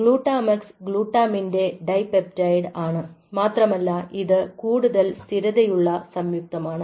GlutaMAX ഗ്ലൂട്ടാമിൻറെ dipeptide ആണ് മാത്രമല്ല ഇത് കൂടുതൽ സ്ഥിരതയുള്ള സംയുക്തമാണ്